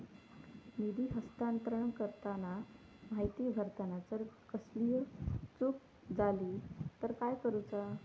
निधी हस्तांतरण करताना माहिती भरताना जर कसलीय चूक जाली तर काय करूचा?